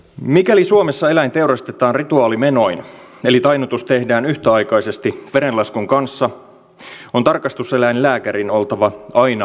mikäli suomessa eläin teurastetaan rituaalimenoin eli tainnutus tehdään yhtäaikaisesti verenlaskun kanssa on tarkastuseläinlääkärin oltava aina paikalla